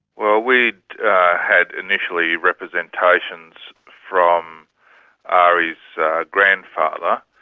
well, we'd had initially representations from ari's grandfather.